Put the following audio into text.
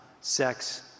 sex